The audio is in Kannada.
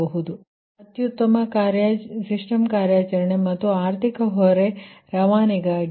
ಆದ್ದರಿಂದ ಅತ್ಯುತ್ತಮ ಸಿಸ್ಟಮ್ ಕಾರ್ಯಾಚರಣೆ ಮತ್ತು ಆರ್ಥಿಕ ಹೊರೆ ರವಾನೆಗಾಗಿdispatch